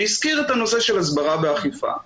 והזכיר את הנושא של הסברה ואכיפה.